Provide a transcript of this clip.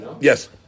Yes